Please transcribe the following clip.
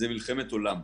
זו מלחמת עולם.